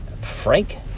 Frank